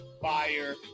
fire